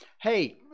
hey